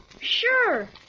Sure